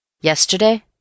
Yesterday